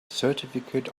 certificate